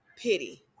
Pity